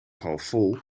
halfvol